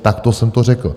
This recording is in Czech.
Takto jsem to řekl.